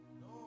No